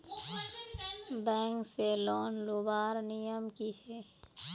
Bank से loan लुबार नियम की छे?